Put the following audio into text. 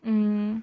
mm